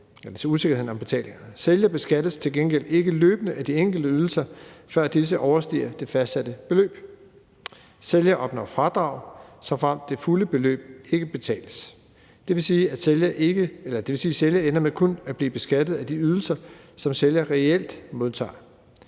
Sælger beskattes til gengæld ikke løbende af de enkelte ydelser, før disse overstiger det fastsatte beløb. Sælger opnår fradrag, såfremt det fulde beløb ikke betales. Det vil sige, at sælger ender med kun at blive beskattet af de ydelser, som sælger reelt modtager.